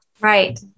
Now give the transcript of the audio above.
Right